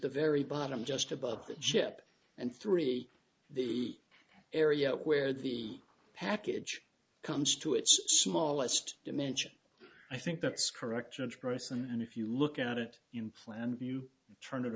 the very bottom just above the chip and three the area where the package comes to its smallest dimension i think that's correct gross and if you look at it in plan view turn it